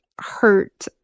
hurt